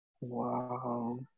Wow